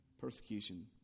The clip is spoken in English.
persecution